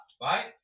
right